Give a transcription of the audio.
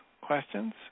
questions